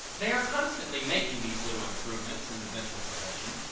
they are constantly making these little improvements in the dental profession.